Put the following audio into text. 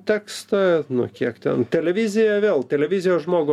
tekstą nu kiek ten televizija vėl televizija žmogų